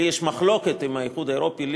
לי יש מחלוקת עם האיחוד האירופי,